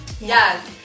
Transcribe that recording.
yes